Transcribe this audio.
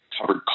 Covered